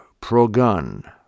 pro-gun